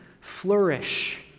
flourish